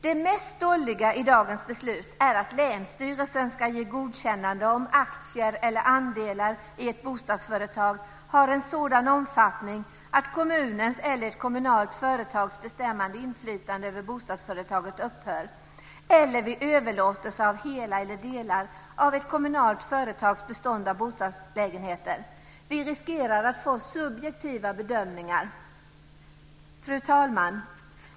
Det mest stolliga i dagens beslut är att länsstyrelsen ska ge godkännande om aktier eller andelar i ett bostadsföretag har en sådan omfattning att kommunens eller ett kommunalt företags bestämmande inflytande över bostadsföretaget upphör eller vid överlåtelse av hela eller delar av ett kommunalt företags bestånd av bostadslägenheter. Vi riskerar att få subjektiva bedömningar. Fru talman!